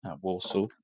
Warsaw